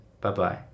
Bye-bye